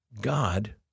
God